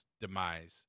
demise